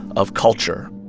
of culture